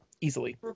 easily